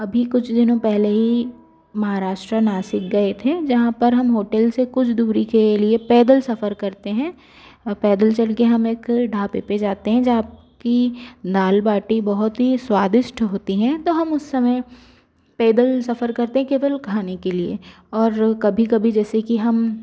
अभी कुछ दिनों पहले ही महाराष्ट्र नासिक गए थे जहाँ पर हम होटेल से कुछ दूरी के लिए पैदल सफर करते हैं पैदल चल के हम एक ढाबे पे जाते हैं जहाँ की दाल बाटी बहुत ही स्वादिष्ट होती हैं तो हम उस समय पैदल सफर करते केवल खाने के लिए और कभी कभी जैसे कि हम